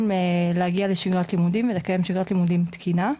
להגיע לשגרת לימודים ולקיים שיגרת לימודים תקינה.